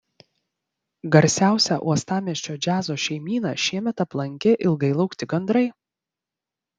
garsiausią uostamiesčio džiazo šeimyną šiemet aplankė ilgai laukti gandrai